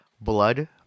blood